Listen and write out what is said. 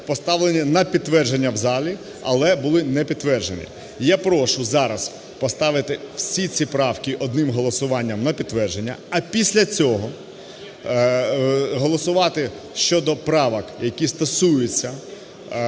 на підтвердження в залі, але були не підтверджені. Я прошу зараз поставити всі ці правки одним голосуванням на підтвердження, а після цього голосувати щодо правок, які стосуються